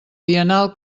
biennal